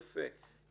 יפה,